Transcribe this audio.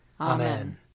Amen